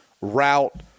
route